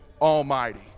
Almighty